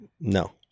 no